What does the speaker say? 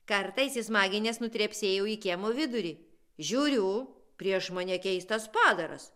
kartą įsismaginęs nutrepsėjau į kiemo vidurį žiūriu prieš mane keistas padaras